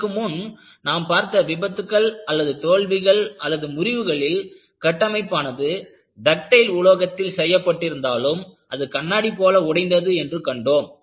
இதற்கு முன் நாம் பார்த்த விபத்துக்கள் தோல்விகள் முறிவுகளில் கட்டமைப்பானது டக்டைல் உலோகத்தில் செய்யப்பட்டிருந்தாலும் அது கண்ணாடி போல உடைந்தது என்று கண்டோம்